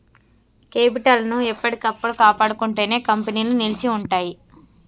capital ని ఎప్పటికప్పుడు కాపాడుకుంటేనే కంపెనీలు నిలిచి ఉంటయ్యి